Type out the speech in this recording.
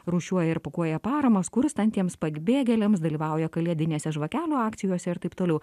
rūšiuoja ir pakuoja paramą skurstantiems pabėgėliams dalyvauja kalėdinėse žvakelių akcijose ir taip toliau